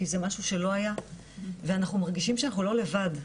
כי זה משהו שלא היה ואנחנו מרגישים שאנחנו לא לבד,